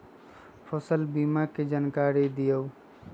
फसल बीमा के जानकारी दिअऊ?